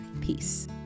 Peace